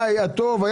היה טוב.